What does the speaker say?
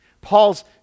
Paul's